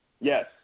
Yes